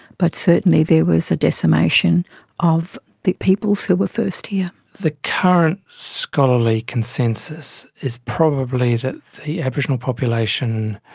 but certainly there was a decimation of the peoples who were first here. the current scholarly consensus is probably that the aboriginal population,